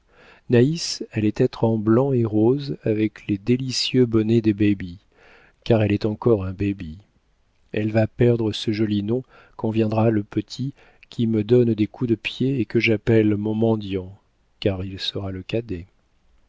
naïs allait être en blanc et rose avec les délicieux bonnets des baby car elle est encore un baby elle va perdre ce joli nom quand viendra le petit qui me donne des coups de pieds et que j'appelle mon mendiant car il sera le cadet